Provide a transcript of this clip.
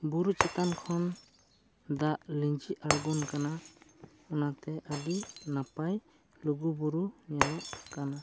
ᱵᱩᱨᱩ ᱪᱮᱛᱟᱱ ᱠᱷᱚᱱ ᱫᱟᱜ ᱞᱤᱸᱡᱤ ᱟᱬᱜᱚᱱ ᱠᱟᱱᱟ ᱚᱱᱟᱛᱮ ᱟᱹᱰᱤ ᱱᱟᱯᱟᱭ ᱞᱩᱜᱩ ᱵᱩᱨᱩ ᱧᱮᱞᱚᱜ ᱠᱟᱱᱟ